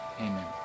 amen